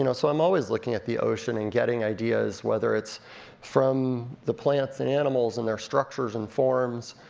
you know so i'm always looking at the ocean, and getting ideas, whether it's from the plants and animals, and their structures and forms.